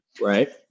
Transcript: Right